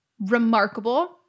remarkable